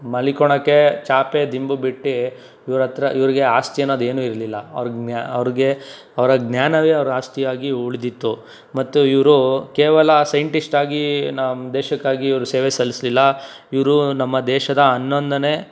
ಮಲಕೊಳಕ್ಕೆ ಚಾಪೆ ದಿಂಬು ಬಿಟ್ಟು ಇವ್ರ ಹತ್ರ ಇವರಿಗೆ ಆಸ್ತಿ ಅನ್ನೋದು ಏನೂ ಇರಲಿಲ್ಲ ಅವ್ರ ಜ್ಞಾ ಅವ್ರ್ಗೆ ಅವರ ಜ್ಞಾನವೇ ಅವ್ರ ಆಸ್ತಿಯಾಗಿ ಉಳಿದಿತ್ತು ಮತ್ತು ಇವರು ಕೇವಲ ಸೈಂಟಿಸ್ಟಾಗಿ ನಮ್ಮ ದೇಶಕ್ಕಾಗಿ ಇವರು ಸೇವೆ ಸಲ್ಲಿಸ್ಲಿಲ್ಲ ಇವ್ರು ನಮ್ಮ ದೇಶದ ಹನ್ನೊಂದನೇ